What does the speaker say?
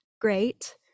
great